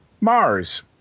Mars